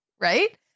Right